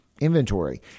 inventory